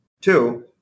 Two